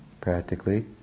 practically